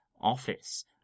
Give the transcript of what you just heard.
office